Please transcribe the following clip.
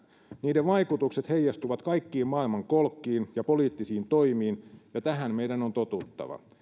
niiden vaikutukset heijastuvat kaikkiin maailman kolkkiin ja poliittisiin toimiin ja tähän meidän on totuttava